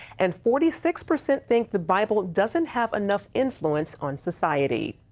and forty six percent think the bible doesn't have enough influence on society.